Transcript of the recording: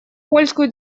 польскую